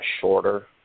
shorter